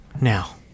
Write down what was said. now